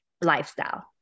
lifestyle